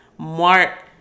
Mark